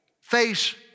face